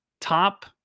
top